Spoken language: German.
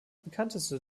bekannteste